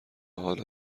حالا